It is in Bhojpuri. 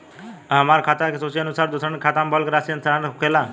आ हमरा खाता से सूची के अनुसार दूसरन के खाता में बल्क राशि स्थानान्तर होखेला?